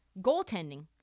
goaltending